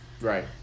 right